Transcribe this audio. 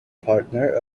partner